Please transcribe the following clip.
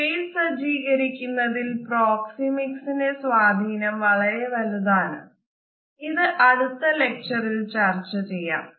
space സജ്ജീകരിക്കുന്നതിൽ പ്രോക്സിമിക്സിന്റെ സ്വാധീനം വളരെ വലുതാണ് ഇത് അടുത്ത ലെക്ചറിൽ ചർച്ച ചെയാം